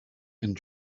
and